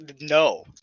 No